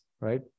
right